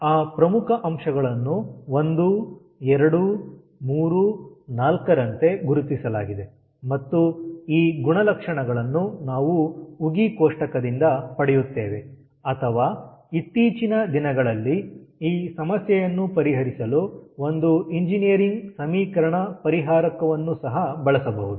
ಆ ಪ್ರಮುಖ ಅಂಶಗಳನ್ನು 1 2 3 4ರಂತೆ ಗುರುತಿಸಲಾಗಿದೆ ಮತ್ತು ಈ ಗುಣಲಕ್ಷಣಗಳನ್ನು ನಾವು ಉಗಿ ಕೋಷ್ಟಕದಿಂದ ಪಡೆಯುತ್ತೇವೆ ಅಥವಾ ಇತ್ತೀಚಿನ ದಿನಗಳಲ್ಲಿ ಈ ಸಮಸ್ಯೆಯನ್ನು ಪರಿಹರಿಸಲು ಒಂದು ಎಂಜಿನಿಯರಿಂಗ್ ಸಮೀಕರಣ ಪರಿಹಾರಕವನ್ನು ಸಹ ಬಳಸಬಹುದು